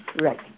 Right